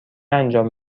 انجام